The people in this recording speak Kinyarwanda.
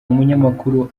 umunyamakuru